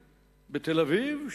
בתל-אביב,